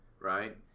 right